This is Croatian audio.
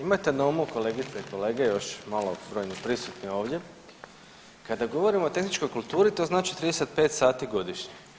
Imajte na umu kolegice i kolege još malobrojni prisutni ovdje, kada govorimo o tehničkoj kulturi to znači 35 sati godišnje.